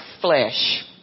flesh